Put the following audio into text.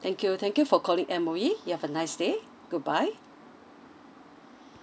thank you thank you for calling M_O_E you have a nice day goodbye